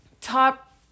top